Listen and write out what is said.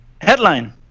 headline